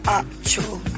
actual